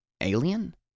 alien